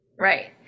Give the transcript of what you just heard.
Right